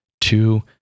Two